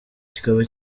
kikaba